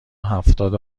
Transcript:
هفتاد